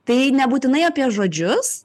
tai nebūtinai apie žodžius